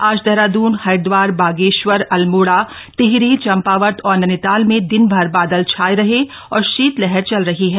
आज देहरादून हरिद्वार बागेश्वर अल्मोड़ा टिहरी चंपावत और नैनीताल में दिनभर बादल छाये रहे और शीतलहर चल रही है